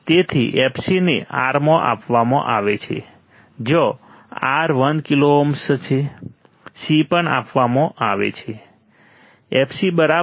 તેથી fc ને R આપવામાં આવે છે જ્યાં R 1 કિલો ઓહમ છે